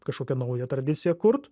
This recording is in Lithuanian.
kažkokią naują tradiciją kurt